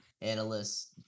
analysts